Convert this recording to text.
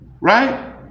right